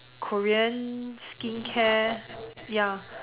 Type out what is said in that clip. Korean skincare ya